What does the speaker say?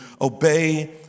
obey